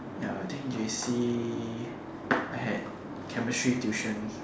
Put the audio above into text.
ya I think J_C I had chemistry tuition